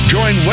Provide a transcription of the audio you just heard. Join